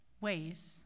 ways